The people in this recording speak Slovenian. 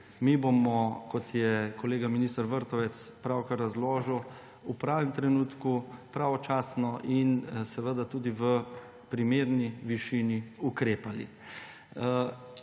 Mi bomo, kot je kolega minister Vrtovec pravkar razložil, v pravem trenutku, pravočasno in tudi v primerni višini ukrepali.